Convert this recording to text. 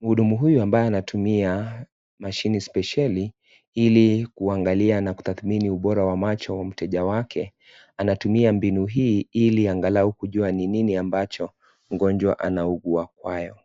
Mhudumu huyu ambaye anatumia mashine spesheli Ili kuangalia na kutathmini ubora wa macho wa mteja wake. Anatumia mbinu hii ili angalau kujua ni nini ambacho mgonjwa anaugua kwayo.